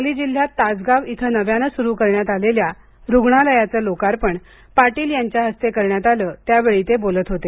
सांगली जिल्ह्यात तासगाव इथं नव्यानं सुरू करण्यात आलेल्या रुग्णालयाचं लोकार्पण पाटील यांच्या हस्ते करण्यात आलं त्यावेळी ते बोलत होते